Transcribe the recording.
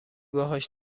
باهاش